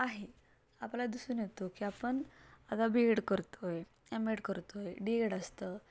आहे आपल्याला दिसून येतो की आपण आता बी एड करतो आहे एम एड करतो आहे डी एड असतं